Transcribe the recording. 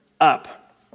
up